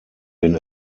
den